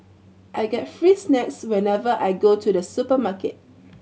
I get free snacks whenever I go to the supermarket